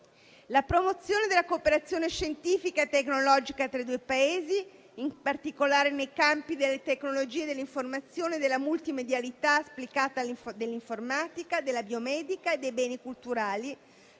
La promozione della cooperazione scientifica e tecnologica tra i due Paesi, in particolare nei campi delle tecnologie, dell'informazione e della multimedialità applicata all'informatica, alla biomedica e ai beni culturali,